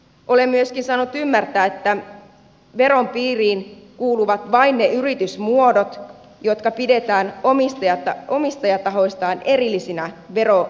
olen myöskin saanut ymmärtää että veron piiriin kuuluvat vain ne yritysmuodot jotka pidetään omistajatahoistaan erillisinä verovelvollisina